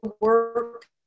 work